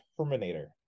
Terminator